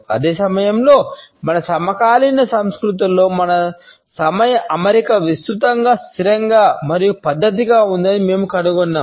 అదే సమయంలో మన సమకాలీన సంస్కృతులలో మన సమయ అమరిక విస్తృతంగా స్థిరంగా మరియు పద్దతిగా ఉందని మేము కనుగొన్నాము